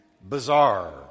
bizarre